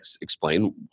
explain